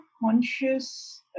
conscious